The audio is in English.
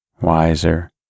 wiser